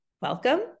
Welcome